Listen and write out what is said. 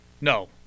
No